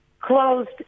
closed